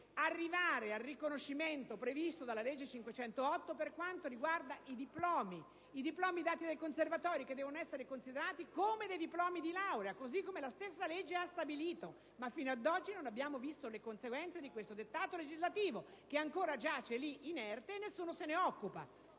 arrivare al riconoscimento previsto dalla legge n. 508 per quanto riguarda i diplomi rilasciati dai conservatori, che devono essere considerati diplomi di laurea, così come la stessa legge ha stabilito. Fino ad oggi, però, non abbiamo visto le conseguenze di questo dettato legislativo che ancora giace lì inerte e nessuno se ne occupa.